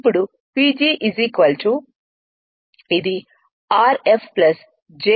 కాబట్టి ఇప్పుడు PG ఇది Rf j x f